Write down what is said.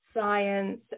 science